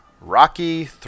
Rocky